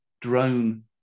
drone